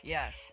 Yes